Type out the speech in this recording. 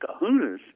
kahunas